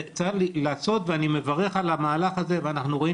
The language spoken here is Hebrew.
זה צריך להיעשות ואני מברך על המהלך הזה ואנחנו רואים